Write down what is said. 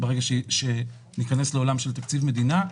ברגע שניכנס לעולם של תקציב מדינה,